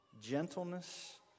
gentleness